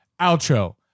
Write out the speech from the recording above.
outro